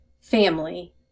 family